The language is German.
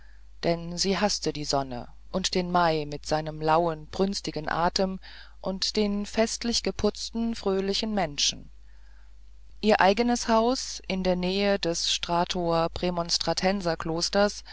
denn sie haßte die sonne und den mai mit seinem lauen brünstigen atem und den festlich geputzten fröhlichen menschen ihr eigenes haus in der nähe der strahower prämonstratenserklosters